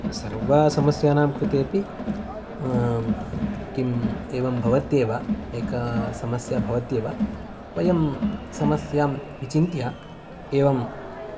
सर्व समस्यानां कृते अपि किं एवं भवत्येव एका समस्या भवत्येव वयं समस्यां विचिन्त्य एवं